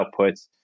outputs